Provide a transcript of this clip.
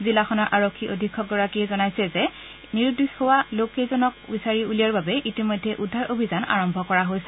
জিলাখনৰ আৰক্ষী অধীক্ষক গৰাকীয়ে কৈছে যে নিৰুদ্দেশ হোৱা লোককেইজনৰ বিচাৰি উলিওৱাৰ বাবে ইতিমধ্যে উদ্ধাৰ অভিযান আৰম্ভ কৰা হৈছে